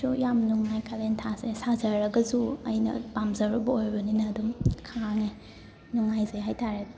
ꯁꯨ ꯌꯥꯝ ꯅꯨꯡꯉꯥꯏ ꯀꯥꯂꯦꯟ ꯊꯥꯁꯦ ꯁꯥꯖꯔꯒꯖꯨ ꯑꯩꯅ ꯄꯥꯝꯖꯔꯨꯕ ꯑꯣꯏꯕꯅꯤꯅ ꯑꯗꯨꯝ ꯈꯥꯡꯉꯦ ꯅꯨꯡꯉꯥꯏꯖꯩ ꯍꯥꯏꯇꯥꯔꯦ